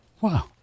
Wow